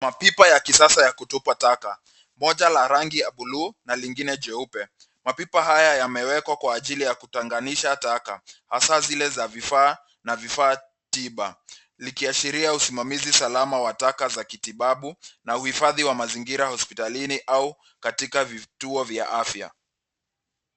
Mapipa ya kisasa ya kutupa taka, moja la rangi ya bluu na lingine jeupe. Mapipa haya yamewekwa kwa ajili ya kutenganisha taka, hasa zile za vifaa na vifaa tiba, likiashiria usimamizi salama wa taka za kitibabu na uhifadhi wa mazingira hospitalini au katika vituo vya afya.